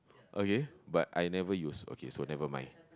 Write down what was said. okay but I never use okay so never mind